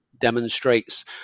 demonstrates